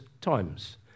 times